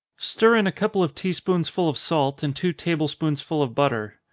stir in a couple of tea-spoonsful of salt, and two table-spoonful of butter.